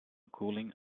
cooling